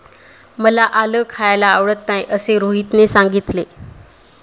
मला आलं खायला आवडत नाही असे रोहितने सांगितले